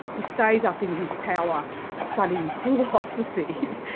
he stays up in his tower studying philosophy,